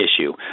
issue